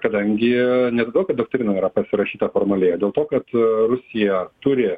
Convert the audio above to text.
kadangi ne todėl kad doktrina yra pasirašyta formaliai o dėl to kad rusija turi